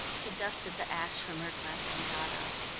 she dusted the ash from her dress and got up.